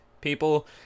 people